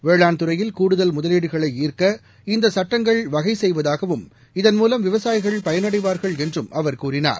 வேளாண் துறையில் கூடுதல் முதலீடுகளை ஈர்க்க இந்த சட்டங்கள் வகை செய்வதாகவும் இதன் மூலம் விவசாயிகள் பயனடைவார்கள் என்றும் அவர் கூறினார்